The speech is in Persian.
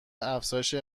افزایش